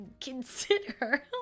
consider